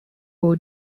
will